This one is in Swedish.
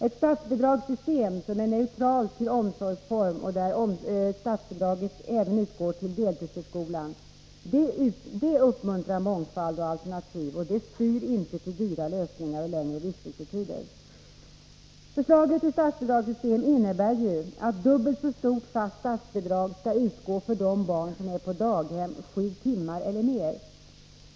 Ett statsbidragssystem som är neutralt till omsorgsform och där statsbidrag utgår även till deltidsförskolan — det uppmuntrar mångfald och alternativ och det styr inte till dyra lösningar och längre vistelsetider. Förslaget till statsbidragssystem innebär ju att dubbelt så stort fast statsbidrag skall utgå för de barn som är på daghem sju timmar eller mer.